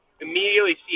immediately